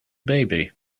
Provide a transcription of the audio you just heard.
baby